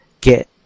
get